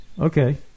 Okay